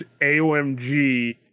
AOMG